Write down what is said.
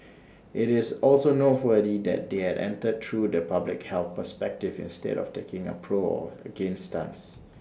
IT is also noteworthy that they are entered through the public health perspective instead of taking A pro or against stance